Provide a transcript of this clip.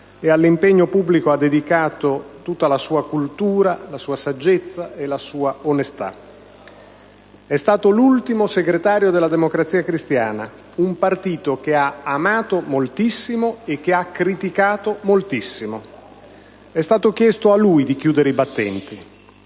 e all'impegno pubblico ha dedicato tutta la sua cultura, la sua saggezza e la sua onestà. È stato l'ultimo segretario della Democrazia Cristiana, un partito che ha amato moltissimo e che ha criticato moltissimo. È stato chiesto a lui di chiudere i battenti